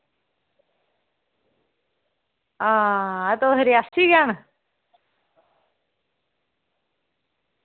आं तुस रियासी जाना